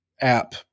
app